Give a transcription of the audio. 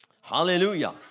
hallelujah